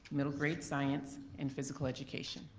middle grade science, and physical education.